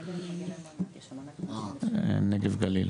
לנגב גליל.